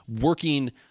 working